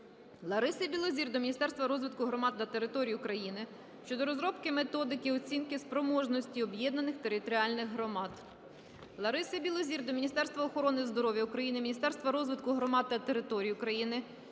Лариси Білозір до Міністерства розвитку громад та територій України щодо розробки Методики оцінки спроможності об'єднаних територіальних громад. Лариси Білозір до Міністерства охорони здоров'я України, Міністерства розвитку громад та територій України,